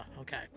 Okay